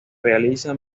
realiza